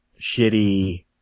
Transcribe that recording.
shitty